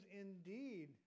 indeed